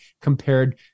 compared